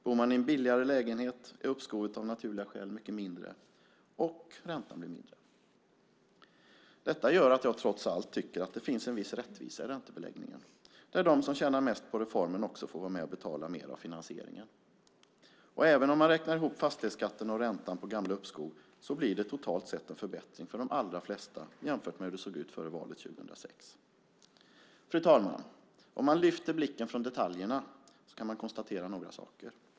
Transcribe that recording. Bor man i en billigare lägenhet är uppskovet av naturliga skäl mindre - och räntan blir mindre. Detta gör att jag trots allt tycker att det finns en viss rättvisa i räntebeläggningen, där de som tjänar mest på reformen också får vara med och betala mer av finansieringen. Även om man räknar ihop fastighetsskatten och räntan på gamla uppskov blir det totalt sett en förbättring för de allra flesta jämfört med hur det såg ut före valet 2006. Fru talman! Om man lyfter blicken från detaljerna kan man konstatera några saker.